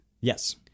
Yes